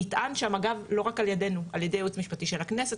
נטען שם לא רק על ידינו אלא גם על ידי הייעוץ המשפטי של הכנסת,